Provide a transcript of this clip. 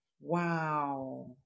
Wow